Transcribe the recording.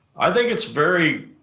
i think it's very,